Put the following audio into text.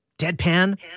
deadpan